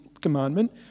commandment